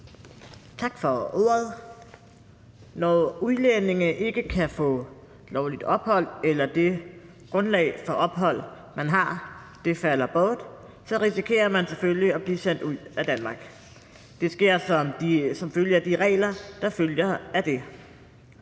Tak for ordet. Når udlændinge ikke kan få lovligt ophold, eller når grundlaget for det ophold, man har, falder bort, risikerer man selvfølgelig at blive sendt ud af Danmark. Det sker som følge af de regler, der følger af det.